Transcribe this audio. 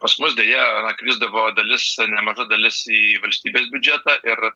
pas mus deja krisdavo dalis nemaža dalis į valstybės biudžetą ir